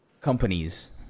companies